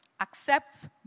accept